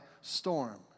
storm